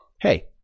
hey